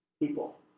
people